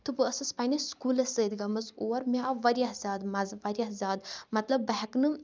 تہٕ بہٕ ٲسس پَننس سکوٗلس سۭتۍ گٔمٕژ اور مےٚ آو واریاہ زیادٕ مَزٕ واریاہ زیادٕ مطلب بہٕ ہیٚکہٕ نہٕ